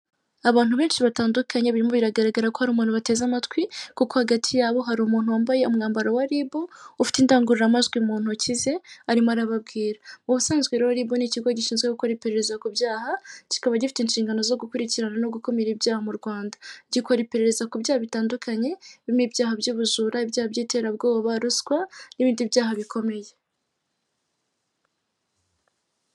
Abantu benshi batandukanye birimo biragaragara ko hari umuntu bateze amatwi, kuko hagati yabo hari umuntu wambaye umwambaro wa RIB ufite indangururamajwi muntoki ze arimo arababwira. Ubusanzwe rero RIB n'ikigo gishinzwe gukora iperereza kubyaha, kikaba gifite inshingano zo gukurikirana no gukumira ibyaha mu Rwanda, gikora iperereza kubyaha bitandukanye birimo ibyaha by'ubujura, ibyaha by'iterabwoba, ruswa n'ibindi byaha bikomeye.